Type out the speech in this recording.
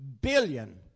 billion